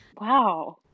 Wow